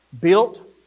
built